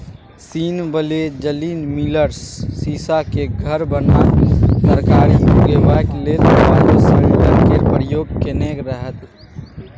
scene बेलेजली मिलर सीशाक घर बनाए तरकारी उगेबाक लेल बायोसेल्टर केर प्रयोग केने रहय